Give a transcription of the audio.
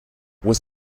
was